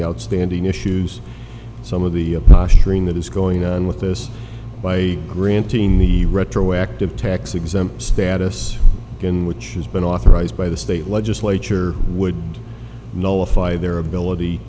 the outstanding issues some of the posturing that is going on with this by granting the retroactive tax exempt status in which has been authorized by the state legislature would nullify their ability